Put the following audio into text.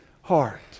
heart